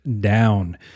down